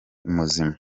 muzima